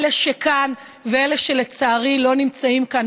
אלה שכאן ואלה שלצערי לא נמצאים כאן